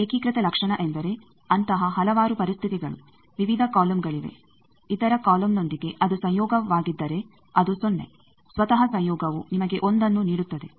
ಏಕೀಕೃತ ಲಕ್ಷಣ ಎಂದರೆ ಅಂತಹ ಹಲವಾರು ಪರಿಸ್ಥಿತಿಗಳು ವಿವಿಧ ಕಾಲಮ್ಗಳಿವೆ ಇತರ ಕಾಲಮ್ನೊಂದಿಗೆ ಅದು ಸಂಯೋಗವಾಗಿದ್ದರೆ ಅದು ಸೊನ್ನೆ ಸ್ವತಃ ಸಂಯೋಗವು ನಿಮಗೆ ಒಂದು ಅನ್ನು ನೀಡುತ್ತದೆ